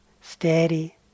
steady